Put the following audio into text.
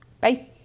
Bye